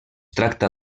tracta